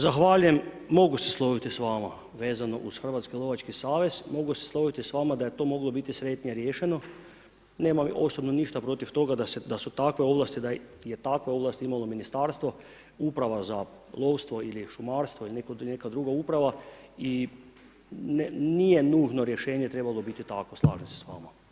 Zahvaljujem, mogu se složiti s vama vezano uz Hrvatski lovački savez, mogu se složiti s vama da je to moglo biti sretnije riješeno, nemam osobno ništa protiv toga da su takve ovlasti, da je takve ovlasti imalo ministarstvo, uprava za lovstvo ili šumarstvo ili neka druga uprava i nije nužno rješenje trebalo biti takvo, slažem se s vama.